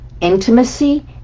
intimacy